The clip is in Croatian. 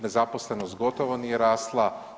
Nezaposlenost gotovo nije rasla.